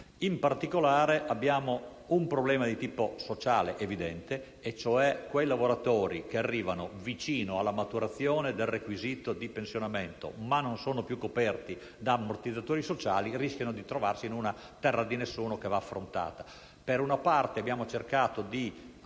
In particolare, abbiamo un problema di tipo sociale evidente: i lavoratori che arrivano vicino alla maturazione del requisito di pensionamento, ma che non sono più coperti da ammortizzatori sociali, rischiano di trovarsi in una terra di nessuno e di questo occorre tener conto. Da una parte abbiamo cercato di affrontare